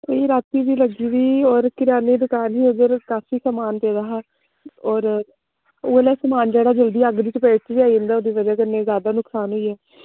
ते रातीं बी लग्गी दी ही ते किराने दा दुकान ही ओह्दे ई काफी पेदा हा होरते ओह ना समान जेह्ड़ा अग्ग बिच जल्दी फगड़ी लैंदा ओह्दे कन्नै जादा नुक्सान होई गेआ